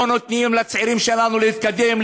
לא נותנים לצעירים שלנו להתקדם,